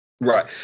Right